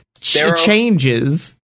changes